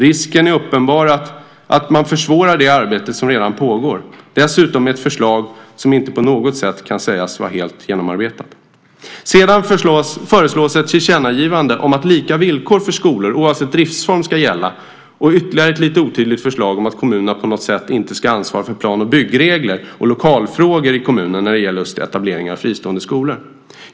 Risken är uppenbar att man försvårar det arbete som redan pågår, dessutom med ett förslag som inte på något sätt kan sägas vara helt genomarbetat. Sedan föreslås ett tillkännagivande om att lika villkor för skolor, oavsett driftsform, ska gälla och ytterligare ett lite otydligt förslag om att kommunerna på något sätt inte ska ansvara för plan och byggregler och lokalfrågor i kommunen när det gäller just etableringar av fristående skolor.